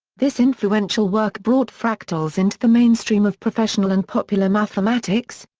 this influential work brought fractals into the mainstream of professional and popular mathematics,